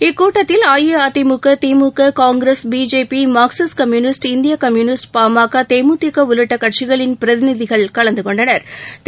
இக்கூட்டத்தில் AIADMK DMK Congress BJP Marxist communist இந்தியகம்யுனிஸ்ட் பாமக தேமுதிகஉள்ளிட்டகட்சிகளின் பிரதிநிதிகள் கலந்துகொண்டனா்